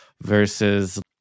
versus